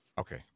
Okay